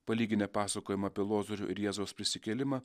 palyginę pasakojimą apie lozorių ir jėzaus prisikėlimą